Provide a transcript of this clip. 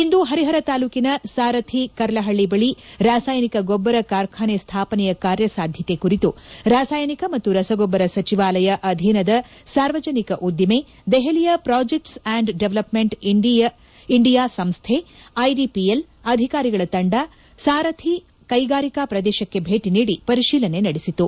ಇಂದು ಪರಿಪರ ತಾಲೂಕಿನ ಸಾರಥಿ ಕರ್ಲಪಳ್ಳಿ ಬಳಿ ರಾಸಾಯನಿಕ ಗೊಬ್ಬರ ಕಾರ್ಖಾನೆ ಸ್ಟಾಪನೆಯ ಕಾರ್ಯಸಾಧ್ಯತೆ ಕುರಿತು ರಾಸಾಯನಿಕ ಮತ್ತು ರಸಗೊಬ್ಲರ ಸಚಿವಾಲಯ ಅಧೀನದ ಸಾರ್ವಜನಿಕ ಉದ್ದಿಮೆ ದೆಹಲಿಯ ಪ್ರಾಜೆಕ್ಟ್ ಅಂಡ್ ಡವೆಲಪ್ಮೆಂಟ್ ಇಂಡಿಯ ಸಂಸ್ಥೆ ಐಡಿಪಿಎಲ್ ಅಧಿಕಾರಿಗಳ ತಂಡ ಸಾರಥಿ ಕೈಗಾರಿಕಾ ಪ್ರದೇಶಕ್ಕೆ ಭೇಟಿ ನೀಡಿ ಪರಿಶೀಲನೆ ನಡೆಸಿತು